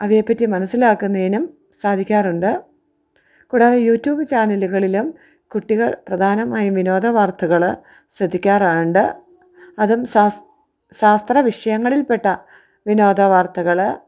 അവയെ പറ്റി മനസ്സിലാക്കുന്നതിനും സാധിക്കാറുണ്ട് കുടാതെ യൂട്യൂബ് ചാനലുകളിലും കുട്ടികൾ പ്രധാനമായി വിനോദ വാർത്തകൾ ശ്രദ്ധിക്കാറുണ്ട് അതും ശാസ്ത്ര വിഷയങ്ങളിൽ പെട്ട വിനോദ വാർത്തകൾ